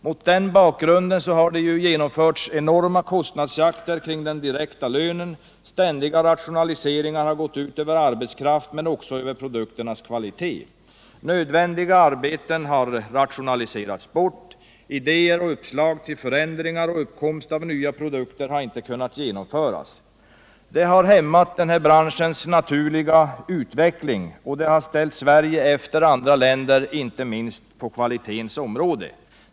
Mot den bakgrunden har det genomförts enorma kostnadsjakter kring den direkta lönen, ständiga rationaliseringar har gått ut över arbetskraft men också över produkternas kvalitet. Nödvändiga arbeten har rationaliserats bort, idéer och uppslag till förändringar och uppkomst av nya produkter har inte kunnat genomföras. Det har hämmat den här branschens naturliga utveckling, och det har ställt Sverige efter andra länder, inte minst på kvalitetens område.